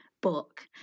book